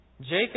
Jacob